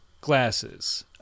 Glasses